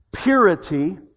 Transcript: Purity